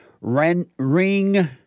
ring